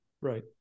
Right